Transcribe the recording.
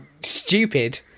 stupid